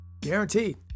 Guaranteed